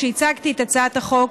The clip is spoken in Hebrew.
כשהצגתי את הצעת החוק.